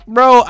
Bro